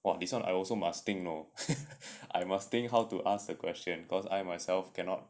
!wah! this one I also must think know I must think how to ask the question because I myself cannot